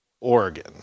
Oregon